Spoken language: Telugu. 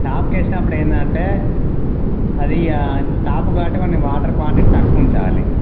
టాప్కేసినప్పుడు ఏంటంటే అది టాపు కాబట్టి మనం వాటర్ క్వాంటిటీ తక్కువ ఉంచాలి